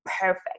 perfect